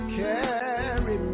carry